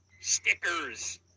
stickers